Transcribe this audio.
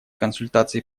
консультации